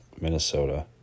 Minnesota